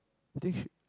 I think she